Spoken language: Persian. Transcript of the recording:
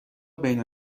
بین